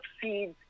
seeds